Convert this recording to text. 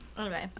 Okay